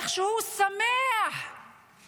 איך שהוא שמח שהוא נתן את ההוראה להריסת מסגדים